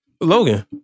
Logan